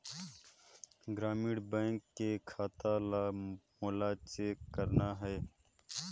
ग्रामीण बैंक के खाता ला मोला चेक करना हे?